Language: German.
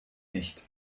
nicht